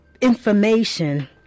information